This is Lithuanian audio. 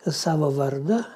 savo vardą